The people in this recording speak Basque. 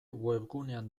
webgunean